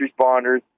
responders